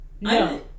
No